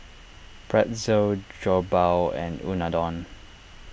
Pretzel Jokbal and Unadon